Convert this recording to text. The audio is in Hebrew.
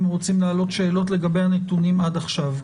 אם הם רוצים להעלות שאלות לגבי הנתונים עד עכשיו.